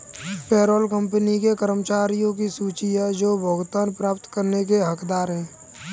payroll company के कर्मचारियों की सूची है जो भुगतान प्राप्त करने के हकदार हैं